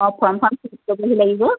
অ ফৰ্মখন ঠিক কৰিব লাগিব